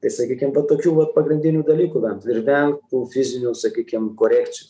tai sakykim va tokių vat pagrindinių dalykų vengt ir vengt tų fizinių sakykim korekcijų